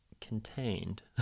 contained